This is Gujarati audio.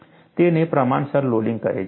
તેને પ્રમાણસર લોડિંગ કહે છે